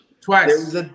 Twice